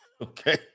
okay